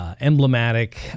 Emblematic